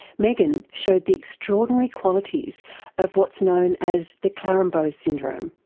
meghan showed the extraordinary qualities of what's known as de clerambault's syndrome.